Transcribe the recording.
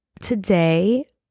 today